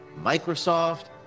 Microsoft